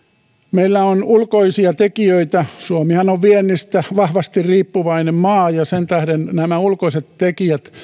meillä on ulkoisia tekijöitä suomihan on viennistä vahvasti riippuvainen maa ja sen tähden nämä ulkoiset tekijät